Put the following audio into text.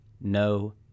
no